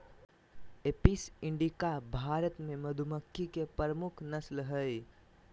Apis indica Bharat मे मधुमक्खी के प्रमुख नस्ल हय